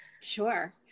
sure